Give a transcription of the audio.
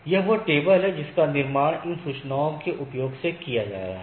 यह वह टेबल है जिसका निर्माण उन सूचनाओं के उपयोग से किया जा रहा है